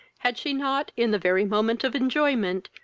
had she not, in the very moment of enjoyment,